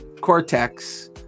Cortex